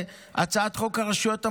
הצעת חוק הרשויות המקומיות,